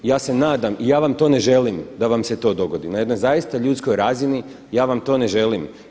Ja se nadam i ja vam to ne želim da vam se to dogodi, na jednoj zaista ljudskog razini ja vam to ne želim.